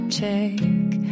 take